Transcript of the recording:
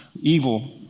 evil